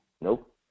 Nope